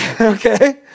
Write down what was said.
okay